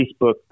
Facebook